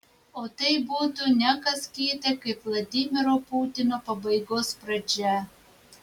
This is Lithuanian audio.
o tai būtų ne kas kita kaip vladimiro putino pabaigos pradžia